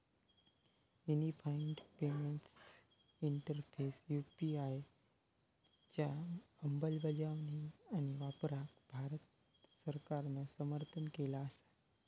unified payments interface UPI च्या अंमलबजावणी आणि वापराक भारत सरकारान समर्थन केला असा